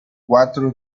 quattro